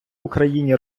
україні